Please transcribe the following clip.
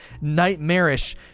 nightmarish